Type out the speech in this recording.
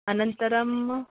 अनन्तरम्